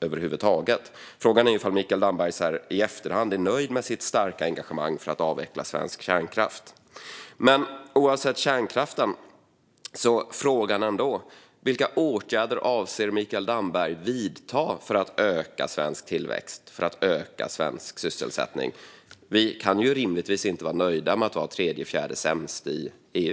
över huvud taget. Frågan är om Mikael Damberg, så här i efterhand, är nöjd med sitt starka engagemang för att avveckla svensk kärnkraft. Oavsett kärnkraften är frågan: Vilka åtgärder avser Mikael Damberg att vidta för att öka svensk tillväxt och svensk sysselsättning? Vi kan rimligtvis inte vara nöjda med att vara tredje eller fjärde sämst i EU.